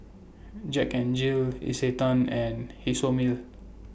Jack N Jill Isetan and Isomil